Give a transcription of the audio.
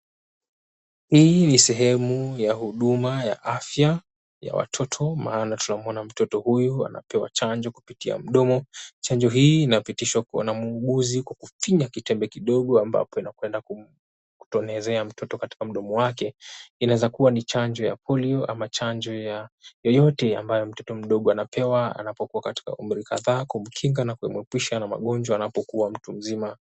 Hii ni sehemu ya huduma ya afya ya watoto maana tunamuona mtoto huyu anapewa chanjo kupitia mdomo. Chanjo hii inapitishwa na muuguzi kwa kufinya kitembe kidogo ambapo inakwenda kumtonezea mtoto katika mdomo wake. Inaweza kuwa ni chanjo ya polio ama chanjo ya yoyote ambayo mtoto mdogo anapewa anapokuwa katika umri kadhaa kumkinga na kumuepusha na magonjwa anapokuwa mtu mzima.